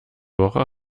woche